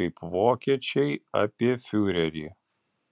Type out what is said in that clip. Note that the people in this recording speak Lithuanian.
kaip vokiečiai apie fiurerį